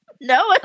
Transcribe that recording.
no